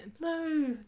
No